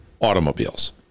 Automobiles